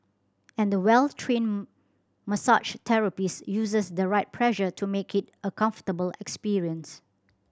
and the well trained massage therapist uses the right pressure to make it a comfortable experience